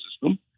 system